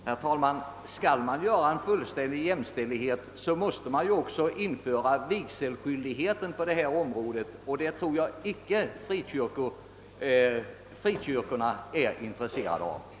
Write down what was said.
Herr talman! Skall man ha fullständig jämställdhet måste man också införa vigselskyldighet på detta område. Jag tror dock inte att frikyrkorna är intresserade av en sådan.